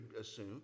assume